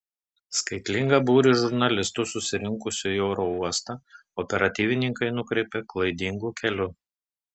skaitlingą būrį žurnalistų susirinkusių į oro uostą operatyvininkai nukreipė klaidingu keliu